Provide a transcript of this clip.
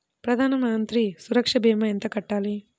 ప్రధాన మంత్రి సురక్ష భీమా ఎంత కట్టాలి?